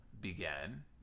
began